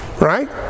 Right